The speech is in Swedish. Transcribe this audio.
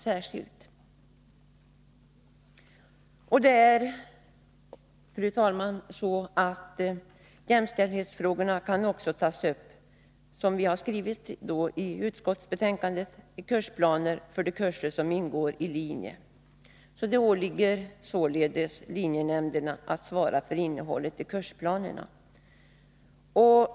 Som vi har skrivit i utskottsbetänkandet kan jämställdhetsfrågor också tas upp i kursplaner för de kurser som ingår i linje. Det åligger således linjenämnderna att svara för innehållet i kursplanerna.